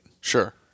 Sure